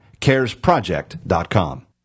CaresProject.com